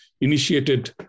initiated